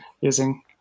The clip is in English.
using